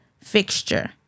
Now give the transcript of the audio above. fixture